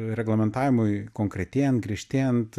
reglamentavimui konkretėjant griežtėjant